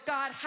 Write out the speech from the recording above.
God